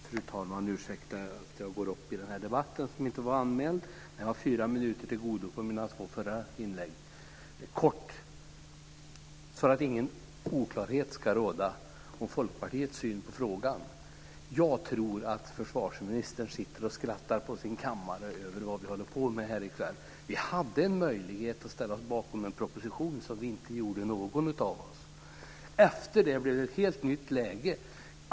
Fru talman! Ursäkta att jag går upp i den här debatten som jag inte var anmäld till. Jag ska fatta mig kort för att ingen oklarhet ska råda om Folkpartiets syn på frågan. Jag tror att försvarsministern sitter och skrattar på sin kammare åt det som vi håller på med här i kväll. Vi hade en möjlighet att ställa oss bakom en proposition, som inte någon av oss gjorde. Efter det blev det ett helt nytt läge.